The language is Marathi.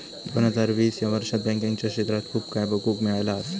दोन हजार वीस ह्या वर्षात बँकिंगच्या क्षेत्रात खूप काय बघुक मिळाला असा